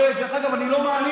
דרך אגב, אני רואה, אני לא מאמין.